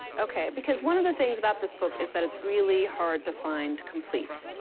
ok, because one of the things about this book is that it's really hard to find complete.